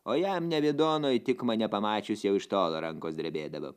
o jam nevidonui tik mane pamačius jau iš tolo rankos drebėdavo